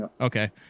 okay